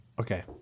Okay